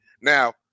Now